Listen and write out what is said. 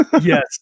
yes